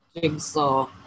Jigsaw